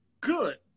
good